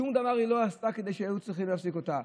שום דבר היא לא עשתה כדי שיהיו צריכים להפסיק אותה.